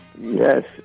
Yes